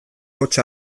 hots